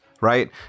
right